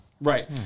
Right